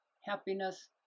happiness